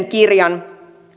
kirjan